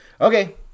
Okay